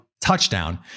touchdown